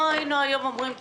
לא היינו אומרים היום תודה.